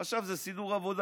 הוא חשב שזה סידור עבודה,